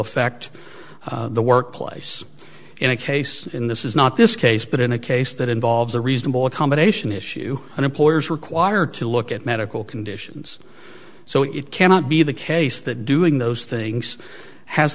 affect the workplace in a case in this is not this case but in a case that involves a reasonable accommodation issue and employers require to look at medical conditions so it cannot be the case that doing those things has